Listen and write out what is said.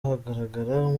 hagaragara